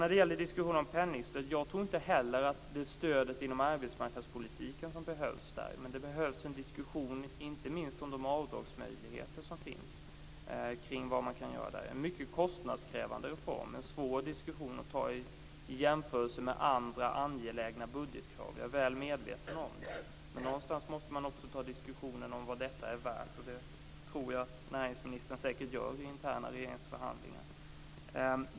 När det gäller diskussionen om penningstöd tror inte jag heller att det är stödet inom arbetsmarknadspolitiken som behövs, men det behövs en diskussion inte minst om de avdragsmöjligheter som finns och om vad man kan göra i det avseendet. Det är en mycket kostnadskrävande reform, och det är en svår diskussion att ta upp i jämförelse med andra angelägna budgetkrav. Jag är väl medveten om det. Någonstans måste man också ta upp diskussionen om vad detta är värt, och det tror jag att näringsministern gör i interna regeringsförhandlingar.